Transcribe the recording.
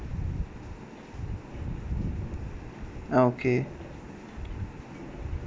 ah okay